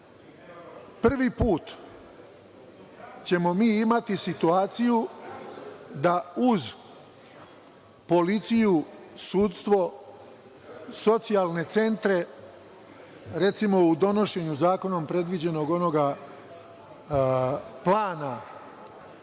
put ćemo mi imati situaciju da uz policiju, sudstvo, socijalne centre recimo u donošenju zakonom predviđenog plana,